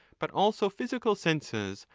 but also physical senses,